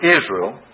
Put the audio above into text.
Israel